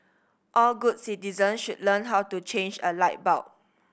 all good citizen should learn how to change a light bulb